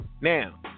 Now